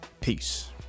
peace